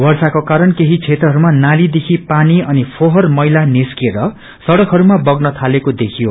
वर्षाको कारण केसी बेत्रहरूमा नालीदेखि पानी अनि फोडोर मैला निस्केर सडत्रकहरूमा बग्न थालेको देखियो